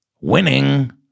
Winning